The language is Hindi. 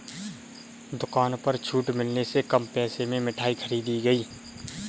दुकान पर छूट मिलने से कम पैसे में मिठाई खरीदी गई